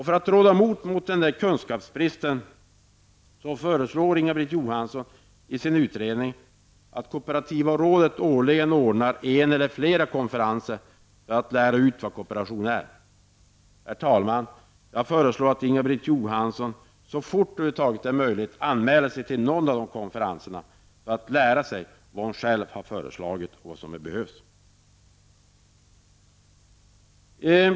För att råda bot på denna kunskapsbrist föreslår Inga-Britt Johansson i sin utredning att kooperativa rådet årligen ordnar en eller flera konferenser för att lära ut vad kooperation är. Herr talman! Jag föreslår att Inga-Britt Johansson så fort det över huvud taget är möjligt anmäler sig till någon av dessa konferenser för att lära sig vad hon själv har föreslagit.